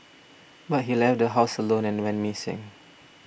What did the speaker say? but he left the house alone and went missing